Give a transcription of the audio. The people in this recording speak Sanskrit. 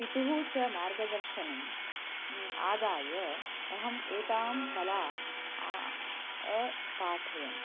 पितुः च मार्गदर्शनम् आदाय अहम् एतां कलां अ पाठयम्